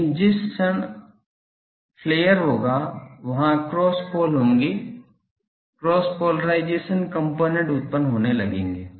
लेकिन जिस क्षण फ्लेयर होगा वहां क्रॉस पोल होंगे क्रॉस पोलरिज़शन कॉम्पोनेन्ट उत्पन्न होने लगेंगे